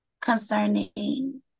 concerning